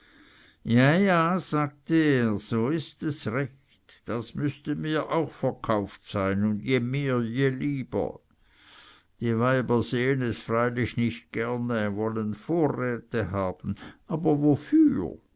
ja ja sagte er so ist es recht das müßte mir auch verkauft sein und je mehr je lieber die weiber sehen es freilich nicht gerne wollen vorräte haben aber wofür